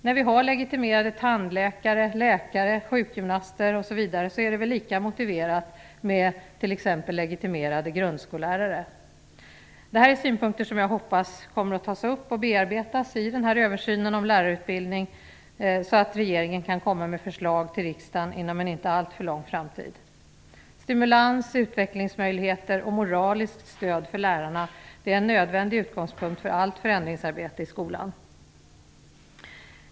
När vi har legitimerade tandläkare, läkare, sjukgymnaster osv. är det väl lika motiverat med t.ex. legitimerade grundskollärare. Det här är synpunkter som jag hoppas kommer att tas upp och bearbetas i översynen av lärarutbildning så att regeringen kan komma med förslag till riksdagen inom en inte alltför lång framtid. Stimulans och utvecklingsmöjligheter och moraliskt stöd för lärarna är en nödvändig utgångspunkt för allt förändringsarbete i skolan.